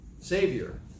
Savior